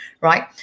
right